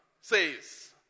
says